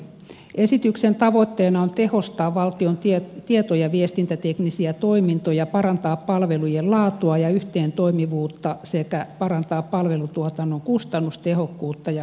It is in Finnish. esityksen tavoitteena on tehostaa valtion tieto ja viestintäteknisiä toimintoja parantaa palvelujen laatua ja yhteentoimivuutta sekä parantaa palvelutuotannon kustannustehokkuutta ja ohjausta